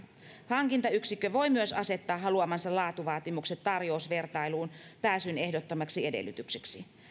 hankintayksikkö voi myös asettaa haluamansa laatuvaatimukset tarjousvertailuun pääsyn ehdottomaksi edellytykseksi